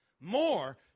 more